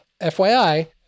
FYI